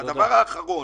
הדבר האחרון